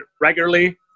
regularly